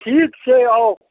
ठीक छै आउ